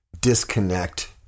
disconnect